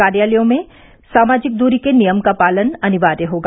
कार्यालयों में सामाजिक दूरी के नियम का पालन अनिवार्य होगा